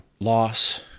Loss